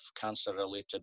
cancer-related